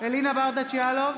אלינה ברדץ' יאלוב,